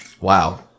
Wow